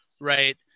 right